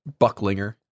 bucklinger